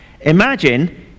imagine